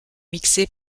mixé